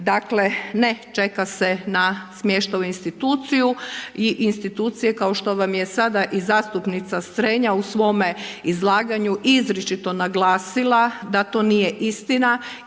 Dakle, ne čeka se na smještaj u instituciju i institucije, kao što vam je sada i zastupnica Strenja u svome izlaganju izričito naglasila da to nije istina